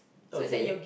okay